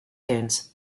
dunes